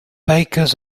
bakers